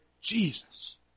Jesus